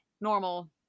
normal